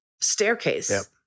staircase